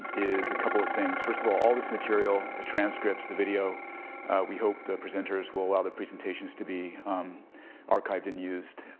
is a couple of things. first of all, all this material, the transcripts, the video we hope the presenters will allow the presentations to be archived and used.